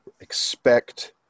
expect